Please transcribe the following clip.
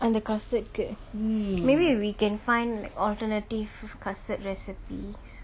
அந்த காசுக்கு:antha kasuku maybe we can find like alternative custard recipes